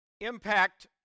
impact